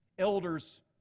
Elders